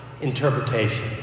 interpretation